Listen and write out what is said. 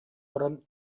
баран